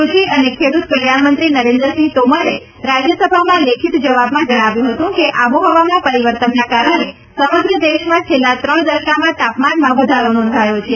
કૃષિ અને ખેડ્રત કલ્યાણ મંત્રી નરેન્દ્ર સિંહ તોમરે રાજ્યસભામાં લેખીત જવાબમાં જણાવ્યું હતું કે આબોહવામાં પરિવર્તનના કારણે સમગ્ર દેશમાં છેલ્લા ત્રણ દશકામાં તાપમાનમાં વધારો નોંધાયો છે